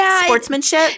Sportsmanship